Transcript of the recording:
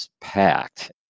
packed